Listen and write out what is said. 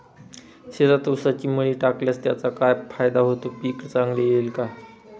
शेतात ऊसाची मळी टाकल्यास त्याचा काय फायदा होतो, पीक चांगले येईल का?